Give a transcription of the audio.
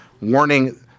warning